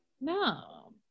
No